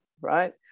right